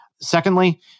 Secondly